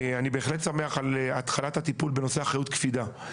אני בהחלט שמח על התחלת הטיפול בנושא אחריות קפידה.